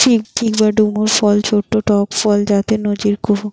fig বা ডুমুর ফল ছট্ট টক ফল যাকে নজির কুহু